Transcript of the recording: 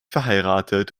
verheiratet